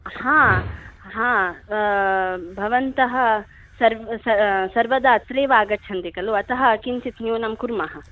हा हा भवन्तः सर् सर्वदा अत्रैव आगच्छन्ति खलु अतः किञ्चित् न्यूनं कुर्मः